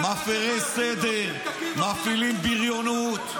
מפירים סדר, מפעילים בריונות,